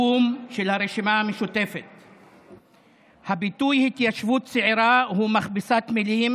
הרשימה המשותפת: הביטוי "התיישבות צעירה" הוא מכבסת מילים